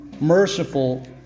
merciful